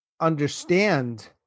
understand